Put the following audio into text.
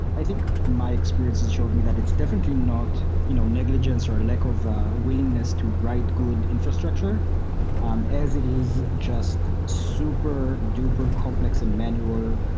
i think my experiences showed me that it's definitely not you know negligence or lack of willingness to write good infrastructure um as it is just super duper complex and manual.